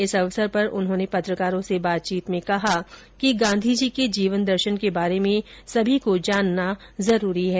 इस अवसर पर उन्होनें पत्रकारों से बातचीत में कहा कि गांधी जी के जीवन दर्शन के बारे में सभी को जानना जरूरी है